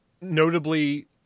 notably